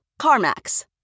CarMax